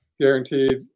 guaranteed